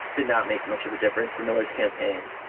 did not make much of a difference for miller's campaign.